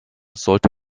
sollte